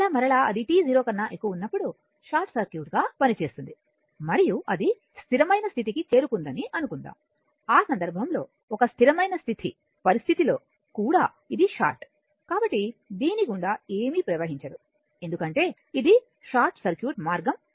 మరలా మరలా అది t 0 కన్నా ఎక్కువ ఉన్నప్పుడు షార్ట్ సర్క్యూట్గా పనిచేస్తుంది మరియు అది స్థిరమైన స్థితికి చేరుకుందని అనుకుందాం ఆ సందర్భంలో ఒక స్థిరమైన స్థితి పరిస్థితి లో కూడా ఇది షార్ట్ కాబట్టి దీని గుండా ఏమీ ప్రవహించదు ఎందుకంటే ఇది షార్ట్ సర్క్యూట్ మార్గం